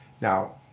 Now